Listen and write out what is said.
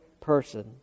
person